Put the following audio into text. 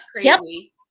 crazy